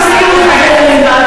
את מסכימה אתם.